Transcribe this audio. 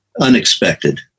unexpected